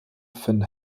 von